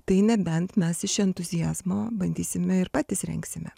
tai nebent mes iš entuziazmo bandysim ir patys rengsime